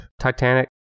Titanic